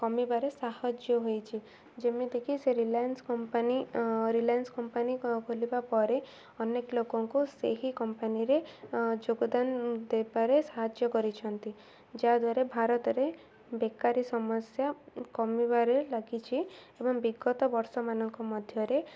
କମିବାରେ ସାହାଯ୍ୟ ହୋଇଛି ଯେମିତିକି ସେ ରିଲାଏନ୍ସ କମ୍ପାନୀ ରିଲାଏନ୍ସ କମ୍ପାନୀ ଖୋଲିବା ପରେ ଅନେକ ଲୋକଙ୍କୁ ସେହି କମ୍ପାନୀରେ ଯୋଗଦାନ ଦେବାରେ ସାହାଯ୍ୟ କରିଛନ୍ତି ଯାହାଦ୍ୱାରା ଭାରତରେ ବେକାରୀ ସମସ୍ୟା କମିବାରେ ଲାଗିଛି ଏବଂ ବିଗତ ବର୍ଷମାନଙ୍କ ମଧ୍ୟରେ